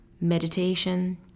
meditation